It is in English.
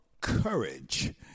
courage